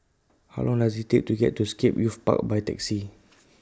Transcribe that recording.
How Long Does IT Take to get to Scape Youth Park By Taxi